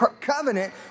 covenant